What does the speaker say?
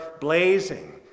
blazing